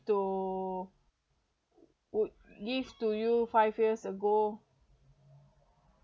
to would give to you five years ago